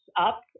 up